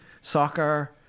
soccer